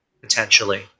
potentially